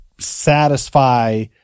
satisfy